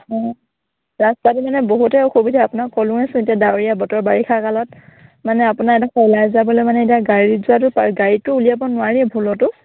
অঁ ৰাস্তাটো মানে বহুতে অসুবিধা আপোনাক ক'লোৱেচোন এতিয়া ডাৱৰীয়া বতৰ বাৰিষা কালত মানে আপোনাৰ এডখৰ ওলাই যাবলৈ মানে এতিয়া গাড়ী যোৱাটো প গাড়ীটো উলিয়াব নোৱাৰিয়ে ভুলতেও